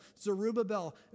Zerubbabel